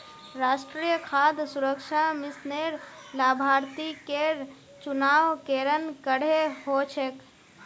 राष्ट्रीय खाद्य सुरक्षा मिशनेर लाभार्थिकेर चुनाव केरन करें हो छेक